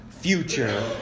future